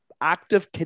active